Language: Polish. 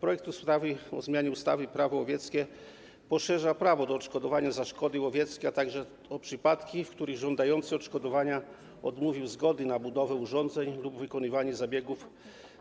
Projekt ustawy o zmianie ustawy - Prawo łowieckie poszerza prawo do odszkodowania za szkody łowieckie także o przypadki, w których żądający odszkodowania odmówił zgody na budowę urządzeń lub wykonywanie zabiegów